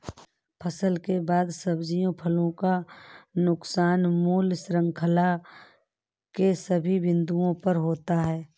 फसल के बाद सब्जियों फलों का नुकसान मूल्य श्रृंखला के सभी बिंदुओं पर होता है